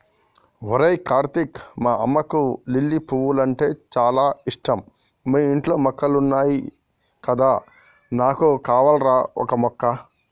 అరేయ్ కార్తీక్ మా అమ్మకు లిల్లీ పూలంటే చాల ఇష్టం మీ ఇంట్లో మొక్కలున్నాయి కదా నాకు కావాల్రా ఓక మొక్క